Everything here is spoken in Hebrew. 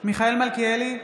מיכאל מלכיאלי,